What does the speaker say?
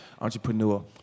entrepreneur